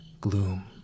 gloom